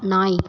நாய்